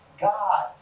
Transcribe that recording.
God